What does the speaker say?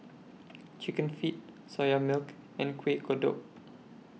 Chicken Feet Soya Milk and Kueh Kodok